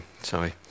sorry